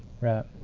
Right